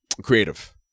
creative